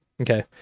okay